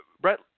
Brett